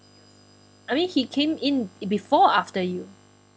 I mean he came in before or after you